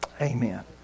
Amen